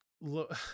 Look